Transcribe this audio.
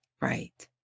Right